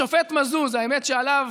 השופט מזוז, האמת שממנו